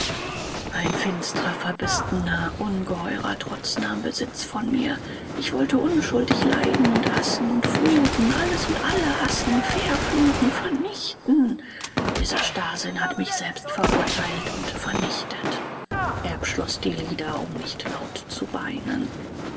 ein finstrer verbissener ungeheurer trotz nahm besitz von mir ich wollte unschuldig leiden und hassen und fluchen alles und alle hassen verfluchen vernichten dieser starrsinn hat mich selbst verurteilt und vernichtet erb schloß die lider um nicht laut zu weinen